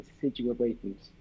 situations